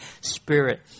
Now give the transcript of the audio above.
Spirit